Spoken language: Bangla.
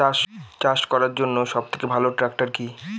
চাষ করার জন্য সবথেকে ভালো ট্র্যাক্টর কি?